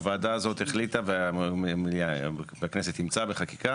הוועדה הזאת החליטה והכנסת אימצה בחקיקה